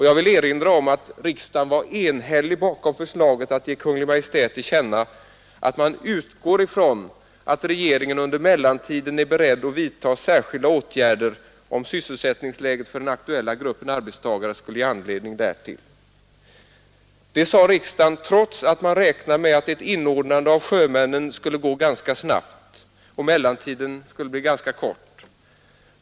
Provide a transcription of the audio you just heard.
Jag vill erinra om att riksdagen enhälligt stod bakom förslaget att ge Kungl. Maj:t till känna att man utgår från att regeringen under mellantiden är beredd att vidtaga särskilda åtgärder, om sysselsättningsläget för den aktuella gruppen arbetstagare skulle ge anledning därtill. Detta sade riksdagen trots att man räknade med att ett inordnande av sjömännen i lagen skulle gå ganska snabbt och mellantiden sålunda bli ganska kort.